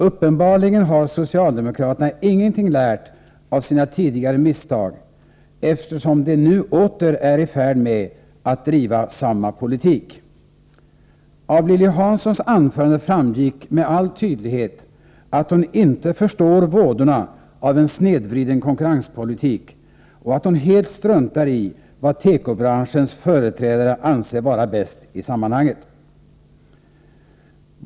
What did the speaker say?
Uppenbarligen har socialdemokraterna ingenting lärt av sina tidigare misstag, eftersom de nu åter är i färd med att driva samma politik. Av Lilly Hanssons anförande framgick med all tydlighet att hon inte förstår vådorna av en snedvriden konkurrenspolitik och att hon helt struntar i vad företrädare för tekobranschen anser vara bäst i sammanhanget.